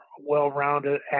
well-rounded